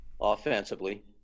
offensively